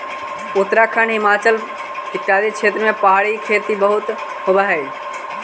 उत्तराखंड, हिमाचल इत्यादि क्षेत्रों में पहाड़ी खेती बहुत होवअ हई